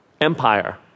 empire